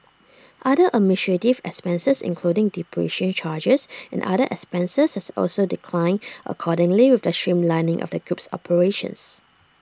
other administrative expenses including depreciation charges and other expenses also declined accordingly with the streamlining of the group's operations